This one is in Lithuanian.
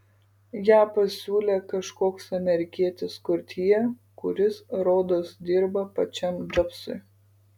ją pasiūlė kažkoks amerikietis kurtjė kuris rodos dirba pačiam džobsui